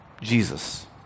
Jesus